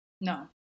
No